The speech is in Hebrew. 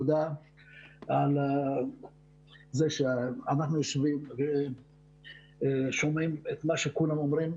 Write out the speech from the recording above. תודה על זה שאנחנו יושבים ושומעים את מה שכולם אומרים.